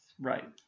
Right